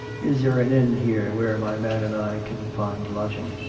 is there an inn here where my man and i can find lodging?